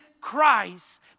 Christ